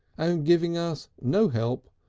um giving us no help,